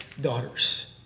daughters